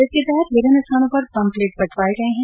इसके तहत विभिन्न स्थानों पर पम्पलेट बंटवाए गए है